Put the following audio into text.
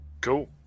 Cool